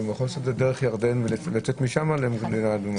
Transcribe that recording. הוא יכול לעשות את זה דרך ירדן ולצאת משם למדינה אדומה.